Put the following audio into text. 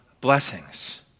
blessings